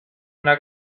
una